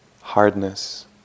hardness